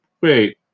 Wait